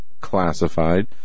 classified